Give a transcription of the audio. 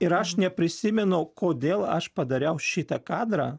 ir aš neprisimenu kodėl aš padariau šitą kadrą